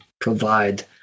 provide